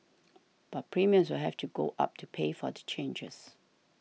but premiums will have to go up to pay for the changes